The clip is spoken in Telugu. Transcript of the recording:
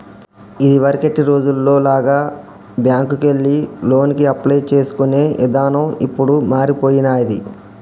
ఇదివరకటి రోజుల్లో లాగా బ్యేంకుకెళ్లి లోనుకి అప్లై చేసుకునే ఇదానం ఇప్పుడు మారిపొయ్యినాది